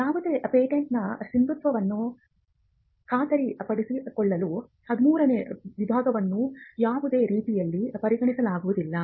ಯಾವುದೇ ಪೇಟೆಂಟ್ನ ಸಿಂಧುತ್ವವನ್ನು ಖಾತರಿಪಡಿಸಿಕೊಳ್ಳಲು 13 ನೇ ವಿಭಾಗವನ್ನು ಯಾವುದೇ ರೀತಿಯಲ್ಲಿ ಪರಿಗಣಿಸಲಾಗುವುದಿಲ್ಲ